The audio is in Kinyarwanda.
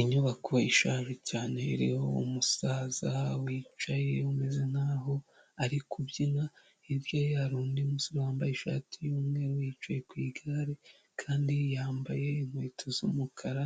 Inyubako ishaje cyane iriho umusaza wicaye umeze nkaho ari kubyina, hirya ye hari undi musore wambaye ishati y'umweru, yicaye ku igare kandi yambaye inkweto z'umukara